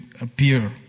appear